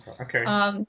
Okay